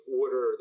order